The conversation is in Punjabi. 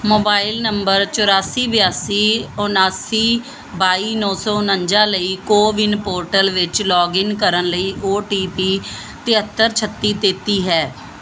ਮੋਬਾਈਲ ਨੰਬਰ ਚੁਰਾਸੀ ਬਿਆਸੀ ਉਣਾਸੀ ਬਾਈ ਨੌਂ ਸੋ ਉਣੰਜਾ ਲਈ ਕੋਵਿਨ ਪੋਰਟਲ ਵਿੱਚ ਲੌਗਇਨ ਕਰਨ ਲਈ ਓ ਟੀ ਪੀ ਤਿੱਹਤਰ ਛੱਤੀ ਤੇਤੀ ਹੈ